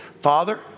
Father